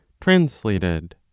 translated